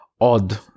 odd